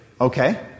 Okay